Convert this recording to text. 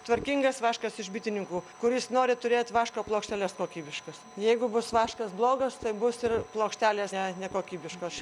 tvarkingas vaškas iš bitininkų kuris nori turėt vaško plokšteles kokybiškas jeigu bus vaškas blogas tai bus ir plokštelės ne nekokybiškos